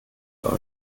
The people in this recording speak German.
soll